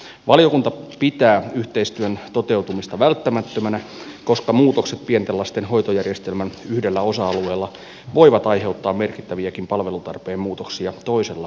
valiokunta pitää yhteistyön toteutumista välttämättömänä koska muutokset pienten lasten hoitojärjestelmän yhdellä osa alueella voivat aiheuttaa merkittäviäkin palvelutarpeen muutoksia toisella osa alueella